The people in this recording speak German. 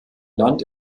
land